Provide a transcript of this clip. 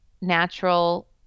natural